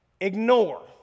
Ignore